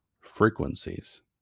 frequencies